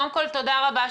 קודם כל תודה רבה,